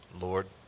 Lord